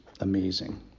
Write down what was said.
amazing